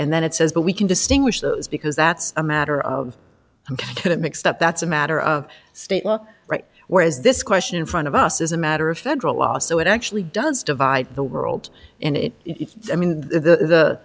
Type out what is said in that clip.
and then it says that we can distinguish those because that's a matter of kind of mixed up that's a matter of state law right whereas this question in front of us is a matter of federal law so it actually does divide the world in it if i mean the